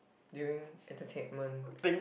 during entertainment